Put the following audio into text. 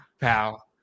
pal